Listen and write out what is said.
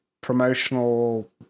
promotional